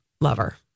lover